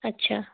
ਅੱਛਾ